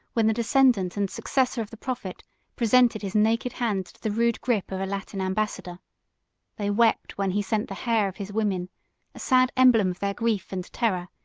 when the descendant and successor of the prophet presented his naked hand to the rude gripe of a latin ambassador they wept when he sent the hair of his women, a sad emblem of their grief and terror,